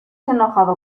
enojado